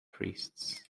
priests